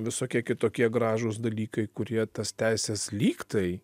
visokie kitokie gražūs dalykai kurie tas teises lyg tai